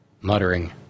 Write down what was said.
muttering